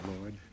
Lord